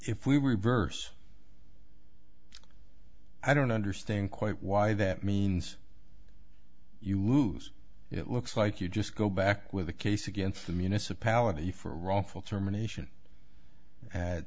if we were verse i don't understand quite why that means you lose it looks like you just go back with a case against the municipality for wrongful termination